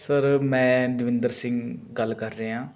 sir ਮੈਂ ਦਵਿੰਦਰ ਸਿੰਘ ਗੱਲ ਕਰ ਰਿਹਾ